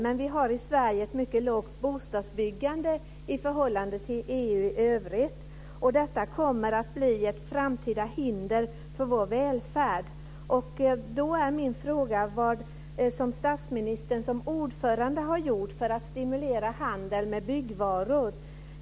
Men vi har i Sverige ett mycket lågt bostadsbyggande i förhållande till EU i övrigt. Det kommer att bli ett framtida hinder för vår välfärd. Det är inget statsråd som aktivt tar upp denna fråga.